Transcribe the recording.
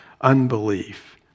unbelief